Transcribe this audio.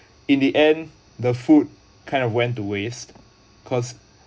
in the end the food kind of went to waste cause